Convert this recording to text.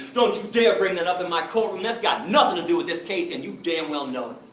don't you dare bring that up in my courtroom! that's got nothing to do with this case, and you damn well know